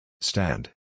Stand